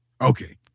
okay